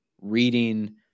reading